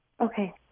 Okay